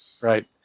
Right